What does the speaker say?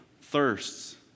thirsts